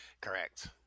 correct